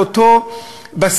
על אותו בסיס,